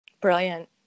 Brilliant